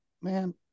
man